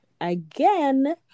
again